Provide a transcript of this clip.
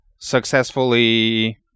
successfully